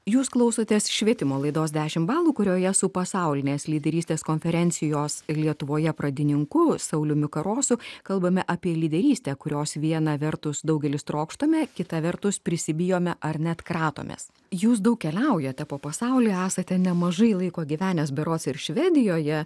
jūs klausotės švietimo laidos dešim balų kurioje su pasaulinės lyderystės konferencijos lietuvoje pradininku sauliumi karosu kalbame apie lyderystę kurios viena vertus daugelis trokštame kita vertus prisibijome ar net kratomės jūs daug keliaujate po pasaulį esate nemažai laiko gyvenęs berods ir švedijoje